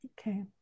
Okay